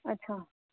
अच्छा